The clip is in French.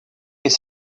est